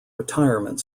retirement